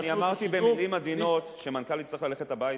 אני אמרתי במלים עדינות שמנכ"ל יצטרך ללכת הביתה.